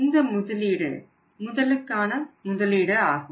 இந்த முதலீடு முதலுக்கான முதலீடு ஆகும்